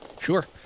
Sure